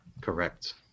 Correct